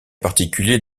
particulier